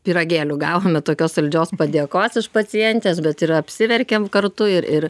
pyragėlių gavome tokios saldžios padėkos iš pacientės bet ir apsiverkėm kartu ir ir